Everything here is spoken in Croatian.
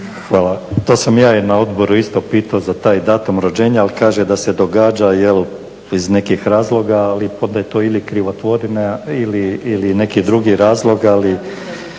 (HDZ)** To sam ja na odboru isto pitao za taj datum rođenja, ali kaže da se događa jel iz nekih razloga, ali … ili krivotvorina ili neki drugi razlog, ali